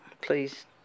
please